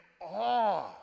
awe